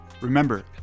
Remember